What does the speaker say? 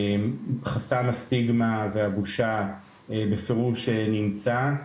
חסם הסטיגמה והבושה בפירוש נמצא,